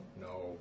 No